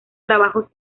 trabajos